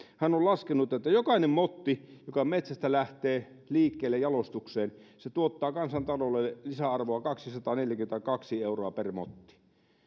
on laskenut että jokainen motti joka metsästä lähtee liikkeelle jalostukseen tuottaa kansantaloudelle lisäarvoa kaksisataaneljäkymmentäkaksi euroa per motti ja